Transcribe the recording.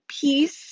peace